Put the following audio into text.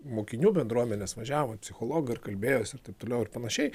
mokinių bendruomenės važiavo psichologai ir kalbėjosi ir taip toliau ir panašiai